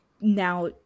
now